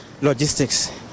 logistics